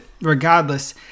regardless